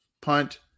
punt